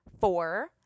four